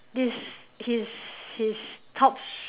this his his top